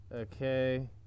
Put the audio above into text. Okay